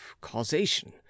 causation